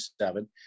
seven